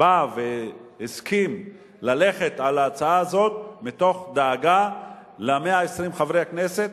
בא והסכים ללכת עם ההצעה הזאת מתוך דאגה ל-120 חברי הכנסת,